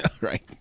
Right